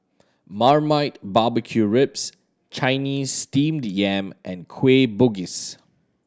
marmite barbecue ribs Chinese Steamed Yam and Kueh Bugis